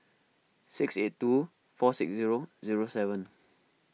six eight two four six zero zero seven